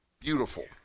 beautiful